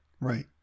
Right